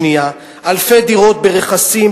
אלפי דירות ברכסים,